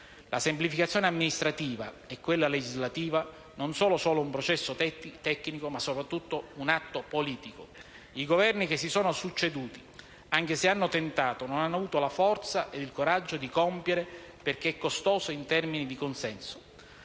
La semplificazione amministrativa e quella legislativa non sono solo un processo tecnico, ma soprattutto un atto politico. I Governi che si sono succeduti, anche se hanno tentato, non hanno avuto la forza ed il coraggio di compierla perché è costosa in termine di consenso.